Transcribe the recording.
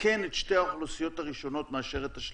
הוא שם כי או שהוא נחשף לחולה או שהוא